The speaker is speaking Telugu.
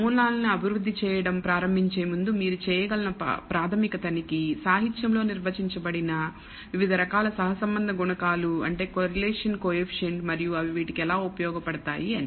నమూనాలను అభివృద్ధి చేయడం ప్రారంభించే ముందు మీరు చేయగల ప్రాథమిక తనిఖీ సాహిత్యంలో నిర్వచించబడిన వివిధ రకాల సహసంబంధ గుణకాలు మరియు అవి వీటికి ఎలా ఉపయోగపడతాయి అని